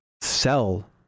sell